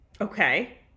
Okay